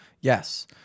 Yes